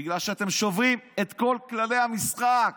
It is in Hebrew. בגלל שאתם שוברים את כל כללי המשחק.